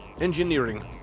Engineering